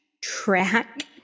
track